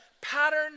pattern